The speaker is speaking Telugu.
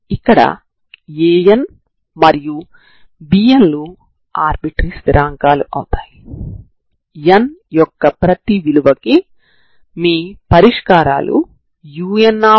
కాబట్టి మీరు సమాకలనం ను ఈ పరంగా చేయాలనుకుంటే మీరు అవధులను 0 నుండి 0 వరకు తీసుకోవాలి